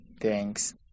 Thanks